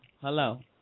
hello